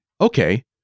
Okay